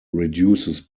reduces